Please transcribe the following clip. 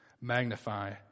magnify